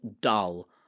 dull